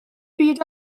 byd